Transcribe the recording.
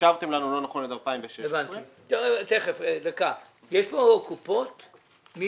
שחישבנו להן לא נכון את 2016. אני